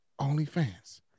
OnlyFans